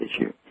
issue